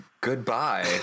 goodbye